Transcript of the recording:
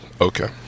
Okay